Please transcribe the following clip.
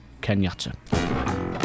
Kenyatta